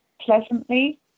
pleasantly